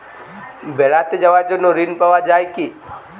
বেড়াতে যাওয়ার জন্য ঋণ পাওয়া যায় কি?